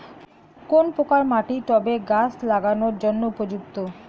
কোন প্রকার মাটি টবে গাছ লাগানোর জন্য উপযুক্ত?